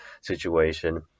situation